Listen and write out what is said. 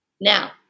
Now